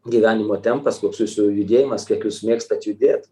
gyvenimo tempas koks jūsų judėjimas kiek jūs mėgstat judėt